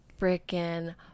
freaking